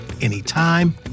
anytime